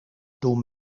doe